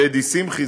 דדי שמחי,